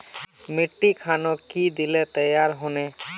मिट्टी खानोक की दिले तैयार होने?